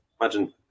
Imagine